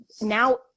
now